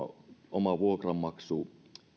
oma vuokranmaksu